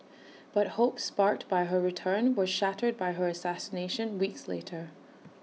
but hopes sparked by her return were shattered by her assassination weeks later